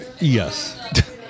Yes